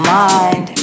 mind